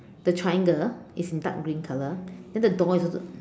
the triangle is in dark green color and then the door is also